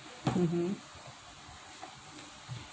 mmhmm